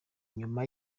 nyuma